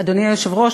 אדוני היושב-ראש,